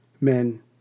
Men